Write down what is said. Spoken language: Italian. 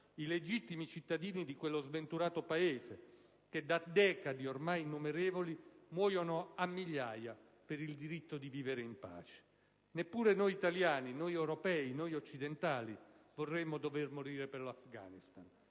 i legittimi cittadini di quello sventurato Paese, che da decadi ormai innumerevoli muoiono a migliaia per il diritto di vivere in pace. Neppure noi italiani, noi europei, noi occidentali vorremmo dover morire per l'Afghanistan.